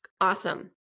Awesome